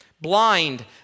blind